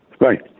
Right